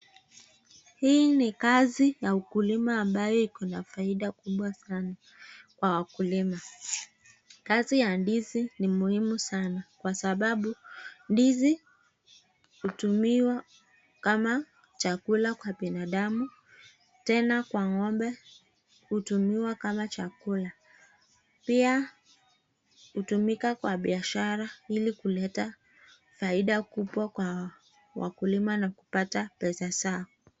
Hii ni kazi ya ukulima ambayo iko na faida kubwa sana kwa wakulima. Kazi ya ndizi ni muhimu sana kwa sababu ndizi hutumiwa kama chakula kwa binadamu tena kwa ng'ombe hutumiwa kama chakula. Pia hutumika kwa biashara ili kuleta faida nyingi kwa wakulima na kupata pesa zao.